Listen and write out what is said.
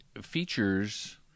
features